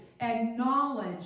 acknowledge